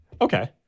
Okay